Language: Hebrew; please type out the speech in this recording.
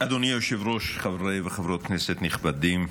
אדוני היושב-ראש, חברי וחברות כנסת נכבדים,